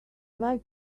like